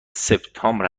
سپتامبر